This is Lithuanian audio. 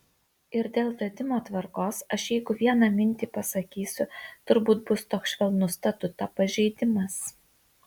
ir dėl vedimo tvarkos aš jeigu vieną mintį pasakysiu turbūt bus toks švelnus statuto pažeidimas